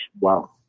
Wow